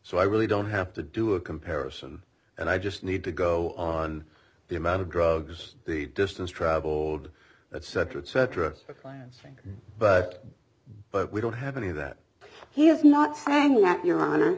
so i really don't have to do a comparison and i just need to go on the amount of drugs the distance traveled that cetera et cetera but but we don't have any of that he is not